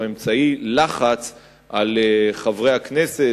או אמצעי לחץ על חברי הכנסת,